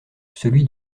celui